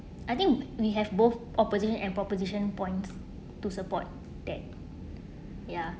I think we have both opposition and proposition points to support that ya